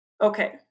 Okay